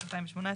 2018,